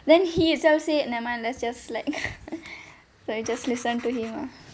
then he himself say never mind let's just slack so I just listen to him ah